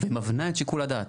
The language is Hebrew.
מבנה את שיקול הדעת.